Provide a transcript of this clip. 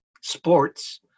sports